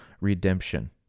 redemption